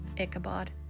Ichabod